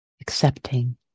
accepting